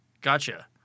Gotcha